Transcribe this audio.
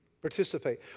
Participate